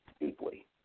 deeply